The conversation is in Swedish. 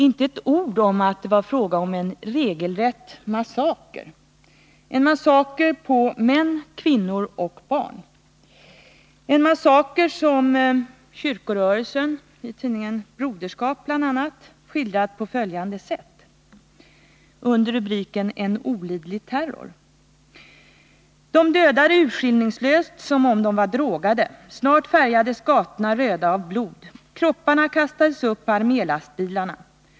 Inte ett enda ord om att det var fråga om en regelrätt massaker — en massaker på män, kvinnor och barn, en massaker som kyrkorörelsen, i tidningen Broderskap bl.a., skildrat på följande sätt under rubriken En olidlig terror: ”De dödade urskiljningslöst som om de var drogade. Snart färgades gatorna röda av blod. Kropparna kastades upp på armélastbilarna.